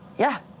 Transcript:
yeah.